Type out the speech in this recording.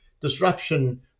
disruption